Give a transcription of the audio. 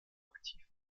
aktiv